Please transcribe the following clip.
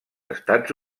estats